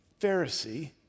Pharisee